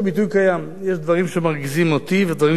יש דברים שמרגיזים אותי ודברים שמרגיזים אותך,